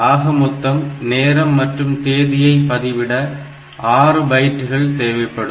ஆக மொத்தம் நேரம் மற்றும் தேதியை பதிவிட 6 பைட்கள் தேவைப்படும்